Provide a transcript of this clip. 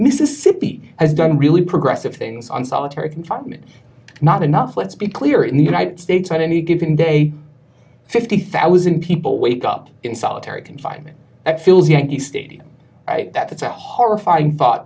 mississippi has done really progressive things on solitary confinement not enough let's be clear in the united states at any given day fifty thousand people wake up in solitary confinement that feels yankee stadium that's a horrifying thought